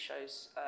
shows